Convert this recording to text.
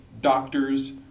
doctors